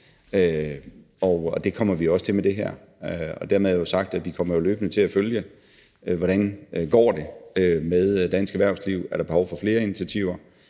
Og det kommer vi også til med det her. Dermed er jo sagt, at vi løbende kommer til at følge, hvordan det går med dansk erhvervsliv. Er der behov for flere initiativer?